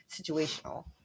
situational